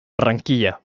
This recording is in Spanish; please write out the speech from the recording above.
barranquilla